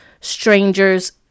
strangers